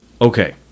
Okay